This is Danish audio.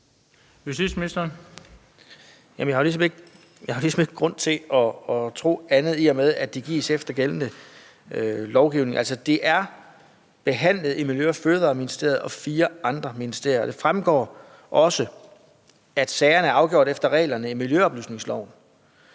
jeg har ligesom ikke grund til at tro andet, i og med at de gives efter gældende lovgivning. Altså, det er behandlet i Miljø- og Fødevareministeriet og fire andre ministerier, og det fremgår også, at sagerne er afgjort efter reglerne i miljøoplysningsloven.